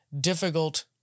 difficult